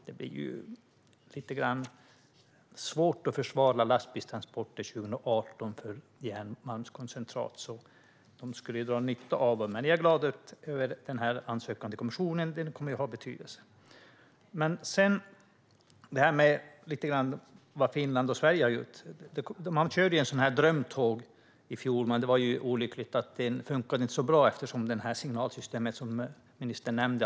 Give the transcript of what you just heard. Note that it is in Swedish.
Det är lite svårt att försvara lastbilstransporter av järnmalmskoncentrat 2018, så de skulle kunna dra nytta av det här. Jag är glad över ansökan till kommissionen, för den kommer att ha betydelse. När det sedan gäller vad Finland och Sverige har gjort körde man så kallade drömtåg i fjol, men olyckligtvis funkade det inte så bra eftersom Finland inte har signalsystemet, som ministern nämnde.